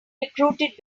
recruited